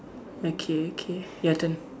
okay okay your turn